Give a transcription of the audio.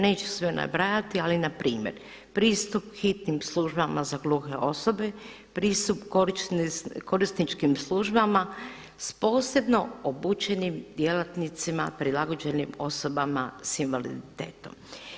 Neću sve nabrajati, ali npr. pristup hitnim službama za gluhe osobe pristup korisničkim službama s posebno obučenim djelatnicima prilagođenim osobama s invaliditetom.